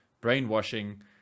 brainwashing